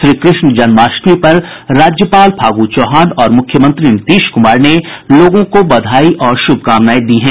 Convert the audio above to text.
श्रीकृष्ण जन्माष्टमी पर राज्यपाल फागु चौहान और मुख्यमंत्री नीतीश कुमार ने लोगों को बधाई और शुभकामनाएं दी हैं